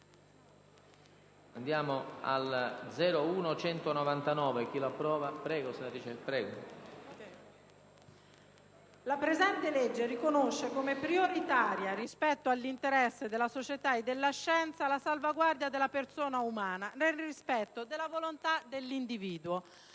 1**, inserire il seguente: «Art. 01. 1. La presente legge riconosce come prioritaria rispetto all'interesse della società e della scienza la salvaguardia della persona umana, nel rispetto della volontà dell'individuo.